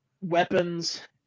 weapons